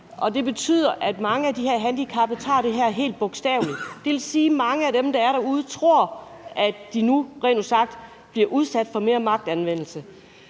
Det betyder, at mange af de her handicappede tager det her helt bogstaveligt. Det vil sige, at mange af dem, der er derude, tror, at de nu rent ud sagt bliver udsat for mere magtanvendelse.